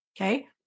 okay